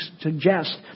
suggest